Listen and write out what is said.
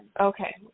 Okay